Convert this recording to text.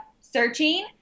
searching